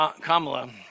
Kamala